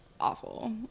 awful